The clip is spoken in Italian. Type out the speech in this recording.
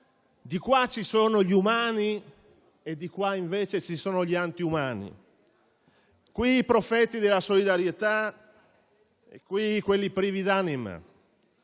di là ci sono gli umani e di qua invece gli antiumani, là i profeti della solidarietà e qui quelli privi d'anima,